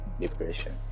depression